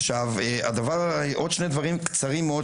עכשיו עוד שני דברים קצרים מאוד,